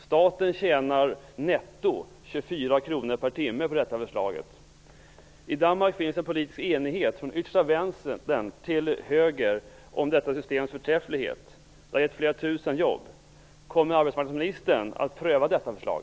Staten tjänar netto 24 I Danmark finns en politisk enighet från yttersta vänstern till högern om detta systems förträfflighet. Det har givit flera tusen jobb. Kommer arbetsmarknadsministern att pröva detta förslag?